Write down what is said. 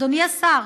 אדוני השר,